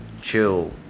chill